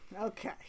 Okay